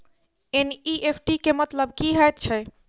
NEFT केँ मतलब की हएत छै?